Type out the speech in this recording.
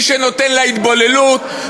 מי שנותן יד להתבוללות?